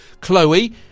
chloe